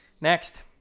Next